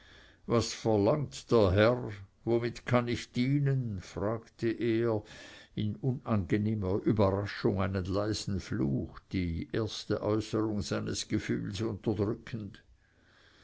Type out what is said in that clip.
was verlangt der herr womit kann ich dienen fragte er in unangenehmer überraschung einen leisen fluch die äußerung seines ersten gefühls unterdrückend